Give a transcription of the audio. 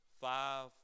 five